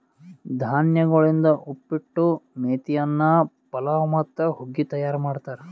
ಧಾನ್ಯಗೊಳಿಂದ್ ಉಪ್ಪಿಟ್ಟು, ಮೇತಿ ಅನ್ನ, ಪಲಾವ್ ಮತ್ತ ಹುಗ್ಗಿ ತೈಯಾರ್ ಮಾಡ್ತಾರ್